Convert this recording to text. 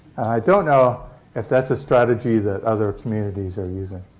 don't know if that's a strategy that other communities are using.